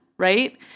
right